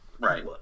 Right